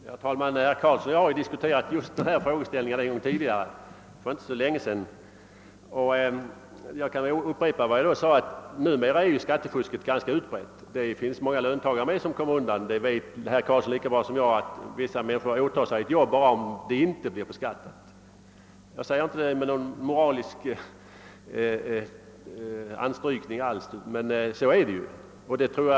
Herr talman! Herr Karlsson i Huddinge och jag har diskuterat dessa frågor tidigare för inte så länge sedan, och jag kan nu upprepa vad jag då sade. Skattefusket är i dag ganska utbrett, och även många löntagare kommer nu undan skatt. Herr Karlsson i Huddinge vet lika bra som jag att många människor åtar sig ett arbete endast under förutsättning att de inte blir beskattade. Jag säger inte detta med någon moralisk anstrykning utan konstaterar bara att det är så.